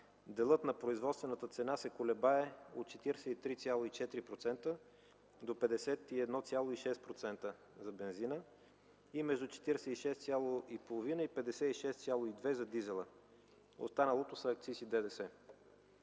делът на производствената цена се колебае от 43,4% до 51,6% за бензина и между 46,5 и 56,2 – за дизела. Останалото са акциз и ДДС.